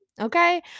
Okay